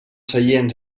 seients